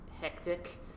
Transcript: hectic